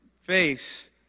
face